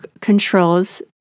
controls